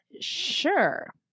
Sure